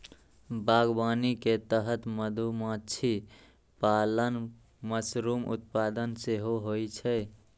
बागवानी के तहत मधुमाछी पालन, मशरूम उत्पादन सेहो होइ छै